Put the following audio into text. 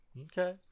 okay